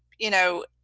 you know,